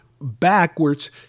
backwards